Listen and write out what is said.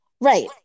Right